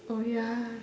oh ya